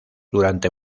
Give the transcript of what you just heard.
durante